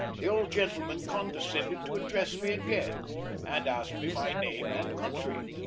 the old gentleman condescended to address me again and asked me my name and country.